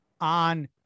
on